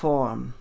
Form